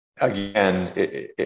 again